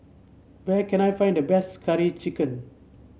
where can I find the best Curry Chicken